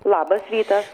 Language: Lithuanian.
labas rytas